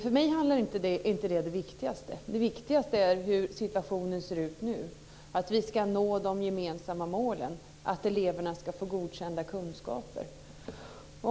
För mig är det inte det viktigaste. Det viktigaste är hur situationen ser ut nu, att vi ska nå de gemensamma målen, att eleverna ska få godkända betyg.